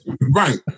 Right